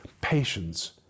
Patience